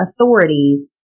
authorities